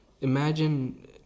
Imagine